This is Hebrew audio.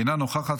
אינה נוכחת,